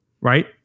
right